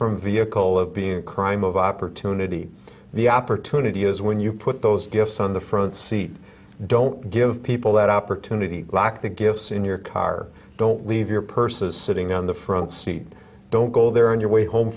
from vehicle of being a crime of opportunity the opportunity is when you put those gifts on the front seat don't give people that opportunity lock the gifts in your car don't leave your purses sitting on the front seat don't go there on your way home